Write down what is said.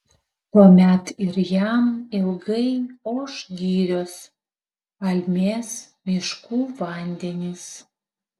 tuomet ir jam ilgai oš girios almės miškų vandenys